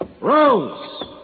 Rose